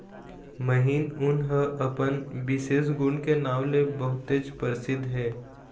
महीन ऊन ह अपन बिसेस गुन के नांव ले बहुतेच परसिद्ध हे